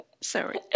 Sorry